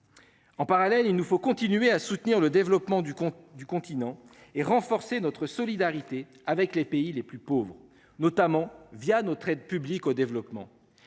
En parallèle, il nous faut continuer à soutenir le développement du du continent et renforcer notre solidarité avec les pays les plus pauvres notamment via notre aide publique au développement.